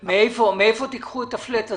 מאיפה תיקחו את הקיצוץ פלאט הזה?